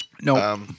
No